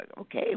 okay